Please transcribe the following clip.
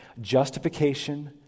justification